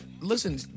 listen